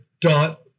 dot